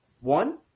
One